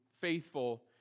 faithful